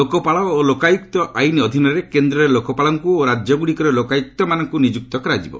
ଲୋକପାଳ ଓ ଲୋକାୟୁକ୍ତ ଆଇନ୍ ଅଧୀନରେ କେନ୍ଦ୍ରରେ ଲୋକପାଳଙ୍କୁ ଓ ରାଜ୍ୟଗୁଡ଼ିକରେ ଲୋକାୟୁକ୍ତମାନଙ୍କୁ ନିଯୁକ୍ତ କରାଯିବ